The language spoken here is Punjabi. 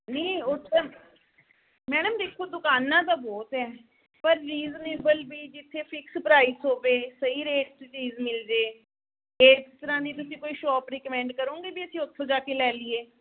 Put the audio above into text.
ਨਹੀਂ ਉਹ ਤਾਂ ਮੈਡਮ ਦੇਖੋ ਦੁਕਾਨਾਂ ਤਾਂ ਬਹੁਤ ਹੈ ਪਰ ਰੀਜਨੇਬਲ ਵੀ ਜਿੱਥੇ ਫਿਕਸ ਪ੍ਰਾਈਜ਼ ਹੋਵੇ ਸਹੀ ਰੇਟ 'ਚ ਚੀਜ਼ ਮਿਲ ਜਾਵੇ ਇਸ ਤਰ੍ਹਾਂ ਦੀ ਤੁਸੀਂ ਕੋਈ ਸ਼ੋਪ ਰੀਕਮੈਂਡ ਕਰੋਂਗੇ ਵੀ ਅਸੀਂ ਉੱਥੋਂ ਜਾ ਕੇ ਲੈ ਲਈਏ